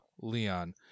Leon